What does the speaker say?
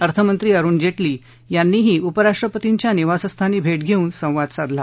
अर्थमंत्री अरुण जेक्री यांनीही उपराष्ट्रपतींच्या निवासस्थानी भे घेऊन संवाद साधला